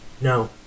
no